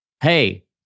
hey